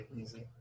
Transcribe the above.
easy